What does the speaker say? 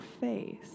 face